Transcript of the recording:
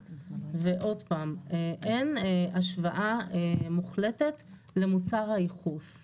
ועוד פעם, אין השוואה מוחלטת למוצר הייחוס.